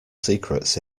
secrets